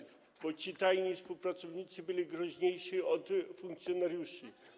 Ci tajni współpracownicy byli groźniejsi od funkcjonariuszy.